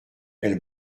elle